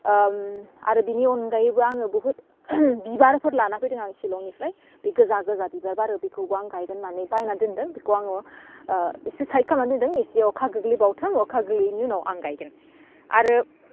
आरो बिनि अनगायैबो आङो बुहुत बिबारफोर लाना फैदों आं शिलंनिफ्राय बे गोजा गोजा बिबार बारो बेखौबो आं गायगोन होन्नानै बायना दोनदों बिखौ आङो एसे साइट खामना दोनदों एसे अखा गोग्लैबावथों अखा गोलैयैनि उनाव आं गायगोन आरो